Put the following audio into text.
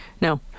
No